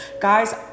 guys